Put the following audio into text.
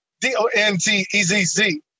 D-O-N-T-E-Z-Z